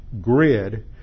grid